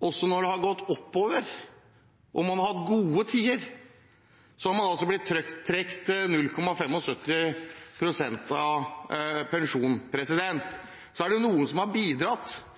også når det har gått oppover og man har hatt gode tider. Så har man altså blitt trukket 0,75 pst. av pensjonen. Er det noen som har bidratt,